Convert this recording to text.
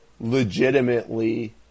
legitimately